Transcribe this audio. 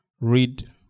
read